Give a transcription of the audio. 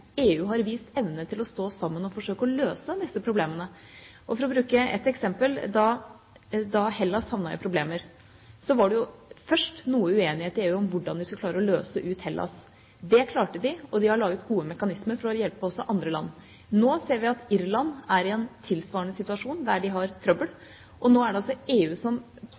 For å bruke et eksempel: Da Hellas havnet i problemer, var det først noe uenighet i EU om hvordan de skulle klare å løse ut Hellas. Det klarte de, og de har laget gode mekanismer for å hjelpe også andre land. Nå ser vi at Irland er i en tilsvarende situasjon og har trøbbel. Da er det EU som